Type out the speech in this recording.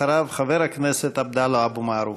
אחריו, חבר הכנסת עבדאללה אבו מערוף.